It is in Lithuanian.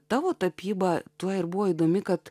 tavo tapyba tuo ir buvo įdomi kad